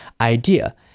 idea